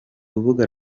rubuga